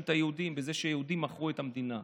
את היהודים בזה שיהודים מכרו את המדינה.